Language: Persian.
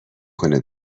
کنه